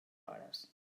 hores